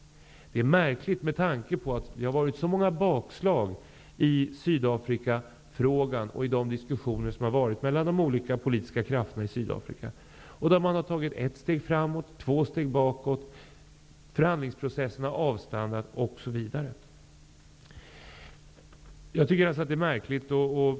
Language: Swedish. Det är märkligt med tanke på de många bakslag som förekommit i Sydafrikafrågan och i de många diskussioner som förts mellan de olika politiska krafterna i Sydafrika. Man har där tagit ett steg framåt och två steg bakåt, förhandlingsprocesser har avstannat osv. Detta är märkligt.